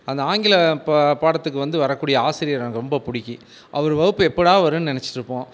அந்த ஆங்கில பாடத்துக்கு வந்து வரக்கூடிய ஆசிரியரை எனக்கு ரொம்ப பிடிக்கும் அவர் வகுப்பு எப்படா வரும்னு நெனைச்சிட்டு இருப்போம்